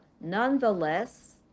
Nonetheless